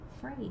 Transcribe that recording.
free